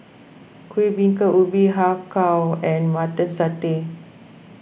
Kuih Bingka Ubi Har Kow and Mutton Satay